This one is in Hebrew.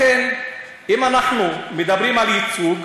לכן, אם אנחנו מדברים על ייצוג,